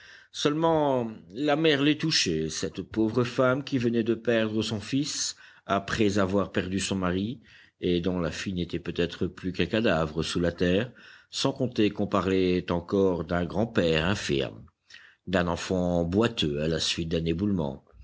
seulement la mère les touchait cette pauvre femme qui venait de perdre son fils après avoir perdu son mari et dont la fille n'était peut-être plus qu'un cadavre sous la terre sans compter qu'on parlait encore d'un grand-père infirme d'un enfant boiteux à la suite d'un éboulement